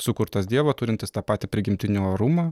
sukurtas dievo turintis tą patį prigimtinį orumą